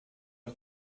hat